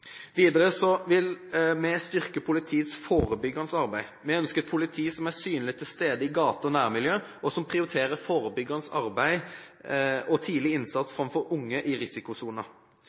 Videre vil vi styrke politiets forebyggende arbeid. Vi ønsker et politi som er synlig til stede i gater og nærmiljø, og som prioriterer forebyggende arbeid og tidlig innsats for unge i